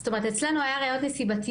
זאת אומרת אצלנו היה ראיות נסיבתיות,